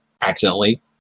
accidentally